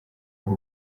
w’u